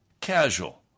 casual